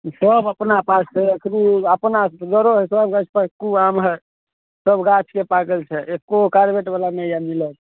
सब अपना पास छै एखन अपना घरके गछपक्कू आम हइ सब गाछके पाकल छै एक्कोगो कार्बेटवला नहि हइ मिलल